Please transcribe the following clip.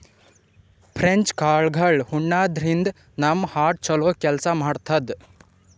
French ಕಾಳ್ಗಳ್ ಉಣಾದ್ರಿನ್ದ ನಮ್ ಹಾರ್ಟ್ ಛಲೋ ಕೆಲ್ಸ್ ಮಾಡ್ತದ್